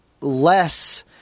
less